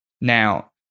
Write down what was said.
Now